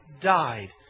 died